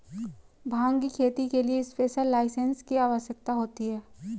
भांग की खेती के लिए स्पेशल लाइसेंस की आवश्यकता होती है